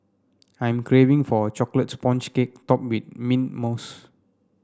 I'm craving for a chocolate sponge cake topped with mint mousse